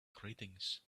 greetings